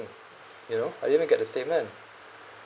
you know I didn't even get the statement